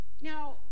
Now